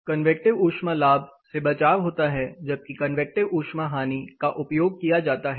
convective ऊष्मा लाभ से बचाव होता है जबकि कन्वेकटिव ऊष्मा हानि का उपयोग किया जाता है